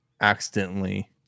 accidentally